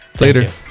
Later